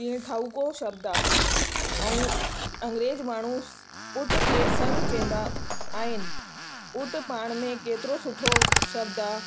जीअं ठाहूको शब्द आहे ऐं अंग्रेज माण्हू पुट खे सन चवंदा आहिनि पुट पाण में केतिरो सुठो शब्द आहे